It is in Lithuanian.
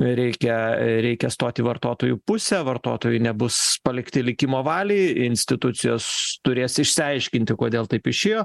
reikia reikia stoti į vartotojų pusę vartotojai nebus palikti likimo valiai institucijos turės išsiaiškinti kodėl taip išėjo